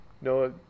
Noah